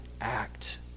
act